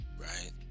right